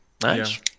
nice